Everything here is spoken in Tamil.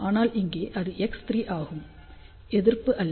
ஆனால் இங்கே இது X3 ஆகும் எதிர்ப்பு அல்ல